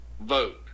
vote